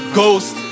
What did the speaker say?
ghost